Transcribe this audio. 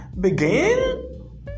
begin